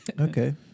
Okay